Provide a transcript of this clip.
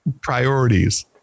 priorities